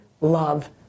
love